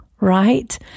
right